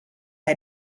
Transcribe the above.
hij